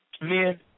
men